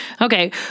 Okay